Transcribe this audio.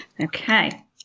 Okay